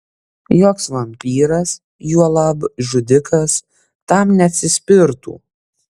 joks vampyras juolab žudikas tam neatsispirtų